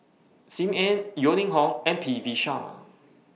SIM Ann Yeo Ning Hong and P V Sharma